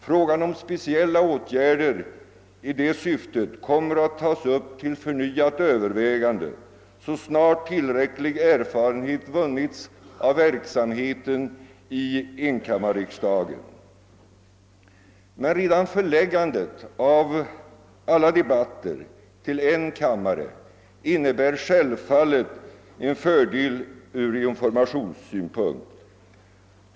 Frågan om speciella åtgärder i detta syfte kommer att tas upp till förnyat övervägande så snart tillräcklig erfarenhet vunnits av verksamheten i enkammarriksdagen. Redan förläggandet av alla debatter till en kammare innebär självfallet en fördel ur informationssynpunkt.